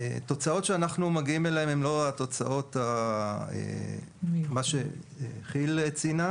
התוצאות שאנחנו מגיעים אליהן הן לא התוצאות מה שכי"ל ציינה.